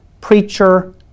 preacher